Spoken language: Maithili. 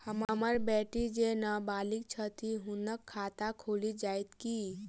हम्मर बेटी जेँ नबालिग छथि हुनक खाता खुलि जाइत की?